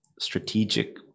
strategic